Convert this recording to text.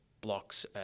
blocks